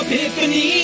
Epiphany